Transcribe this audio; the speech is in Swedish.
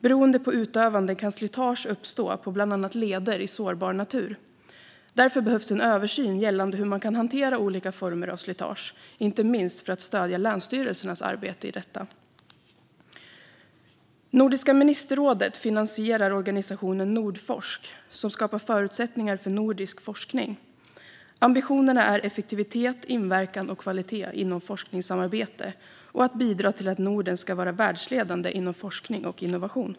Beroende på utövande kan slitage uppstå på bland annat leder i sårbar natur. Därför behövs en översyn av hur man kan hantera olika former av slitage, inte minst för att länsstyrelsernas arbete med detta ska stödjas. Nordiska ministerrådet finansierar organisationen Nordforsk, som skapar förutsättningar för nordisk forskning. Ambitionerna är effektivitet, inverkan och kvalitet inom forskningssamarbete och att bidra till att Norden ska vara världsledande inom forskning och innovation.